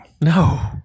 No